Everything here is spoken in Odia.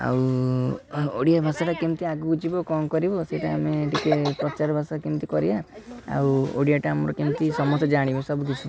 ଆଉ ଓଡ଼ିଆ ଭାଷାଟା କେମିତି ଆଗକୁ ଯିବ କ'ଣ କରିବ ସେଇଟା ଆମେ ଟିକିଏ ପ୍ରଚାରପ୍ରସାର କେମିତି କରିବା ଆଉ ଓଡ଼ିଆଟା ଆମର କେମିତି ସମସ୍ତେ ଜାଣିବେ ସବୁ କିଛି